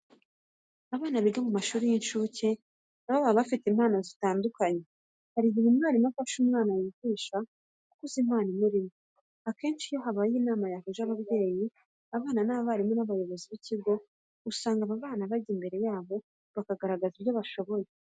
Abana biga mu mashuri y'incuke na bo baba bafite impano zitandukanye. Hari igihe umwarimu afasha umwana yigisha gukuza impano imurimo. Akenshi iyo habaye inama yahuje ababyeyi, abana, abarimu n'abandi bayobozi b'ikigo, usanga abo bana bajya imbere yabo bakagaragaza ibyo bashoboye.